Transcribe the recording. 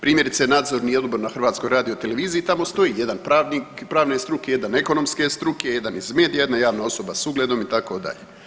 Primjerice nadzorni odbor na HRT-u tamo stoji jedan pravnik pravne struke, jedan ekonomske struke, jedan iz medija, jedna javna osoba s ugledom itd.